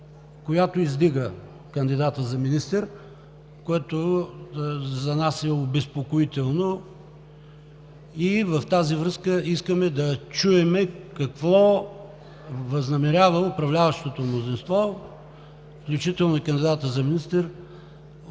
която издига кандидата за министър, което за нас е обезпокоително. И в тази връзка искаме да чуем какво възнамерява управляващото мнозинство, включително и кандидатът за министър,